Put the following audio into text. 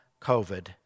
COVID